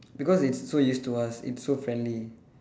because it's so used to us it's so friendly